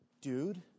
dude